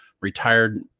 retired